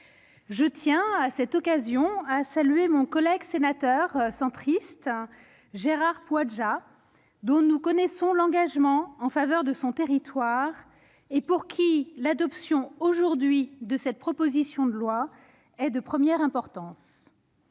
Je tiens, à cette occasion, à saluer mon collègue sénateur centriste Gérard Poadja, dont nous connaissons l'engagement en faveur de son territoire et pour qui l'adoption, aujourd'hui, de cette proposition de loi est de première importance.